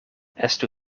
estu